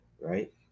right